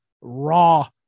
Raw